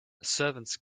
servants